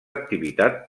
activitat